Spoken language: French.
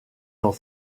dans